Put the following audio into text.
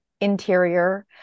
interior